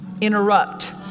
Interrupt